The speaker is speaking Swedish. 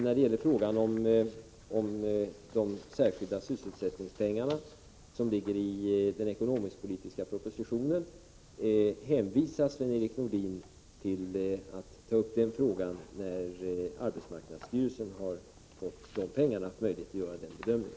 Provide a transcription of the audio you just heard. När det gäller frågan om de särskilda sysselsättningspengarna enligt regeringens ekonomisk-politiska proposition ber jag Sven-Erik Nordin att ta upp frågan när arbetsmarknadsstyrelsen har fått pengarna och kunnat göra en bedömning.